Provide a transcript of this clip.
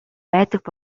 байдаг